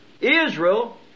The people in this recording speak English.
Israel